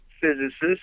physicists